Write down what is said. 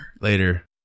Later